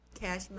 cash